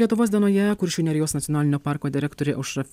lietuvos dienoje kuršių nerijos nacionalinio parko direktorė aušra